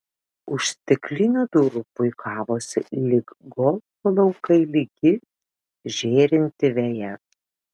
už stiklinių durų puikavosi lyg golfo laukai lygi žėrinti veja